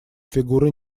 фигуры